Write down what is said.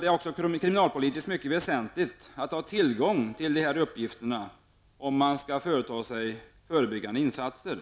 Det är också kriminalpolitiskt mycket väsentligt att ha tillgång till dessa uppgifter om man skall företa förebyggande insatser.